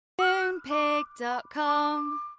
Moonpig.com